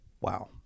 wow